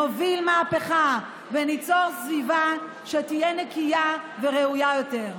נוביל מהפכה וניצור סביבה שתהיה נקייה וראויה יותר.